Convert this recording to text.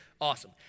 awesome